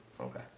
Okay